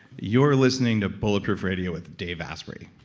you're listening to bulletproof radio with dave asprey